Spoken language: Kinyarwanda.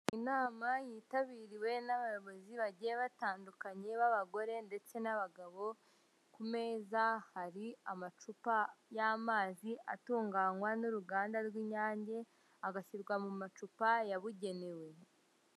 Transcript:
Inama yitabiriwe n'abayobozi bagiye batandukanye b'abagore ndetse n'abagabo ku meza hari amacupa y'amazi atunganywa n'uruganda rw'inyange agashyirwa mu macupa yabugenewe.